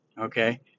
Okay